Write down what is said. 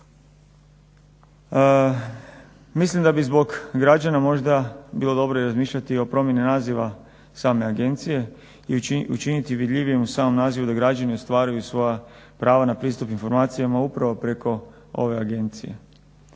Mislim da bi zbog građana možda bilo dobro i razmišljati o promjeni naziva same agencije i učiniti vidljivijom sam naziv da građani ostvaruju svoja prava na pristup informacijama upravo preko ove agencije.